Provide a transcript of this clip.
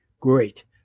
Great